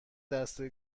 دسته